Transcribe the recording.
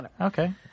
Okay